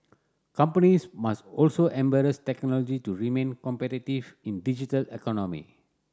companies must also embrace technology to remain competitive in digital economy